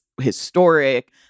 historic